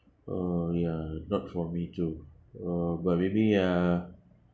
uh ya not for me too uh but maybe uh